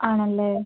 ആണ് അല്ലേ